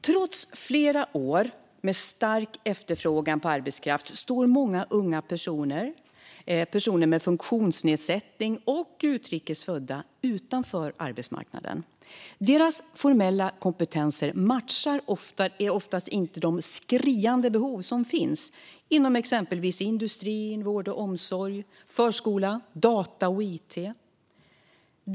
Trots flera år med stark efterfrågan på arbetskraft står många unga, personer med funktionsnedsättning och utrikes födda utanför arbetsmarknaden. Deras formella kompetenser matchar oftast inte de skriande behov som finns inom exempelvis industri, vård och omsorg, förskola och data och it.